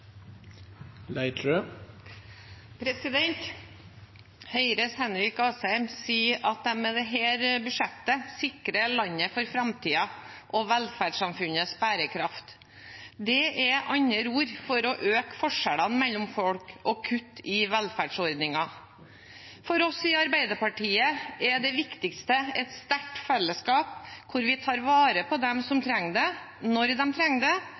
barnefamiliane. Høyres Henrik Asheim sier at de med dette budsjettet sikrer landet for framtiden og velferdssamfunnets bærekraft. Det er andre ord for å øke forskjellene mellom folk og kutte i velferdsordninger. For oss i Arbeiderpartiet er det viktigste et sterkt fellesskap, hvor vi tar vare på dem som trenger det, når de trenger det,